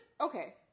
okay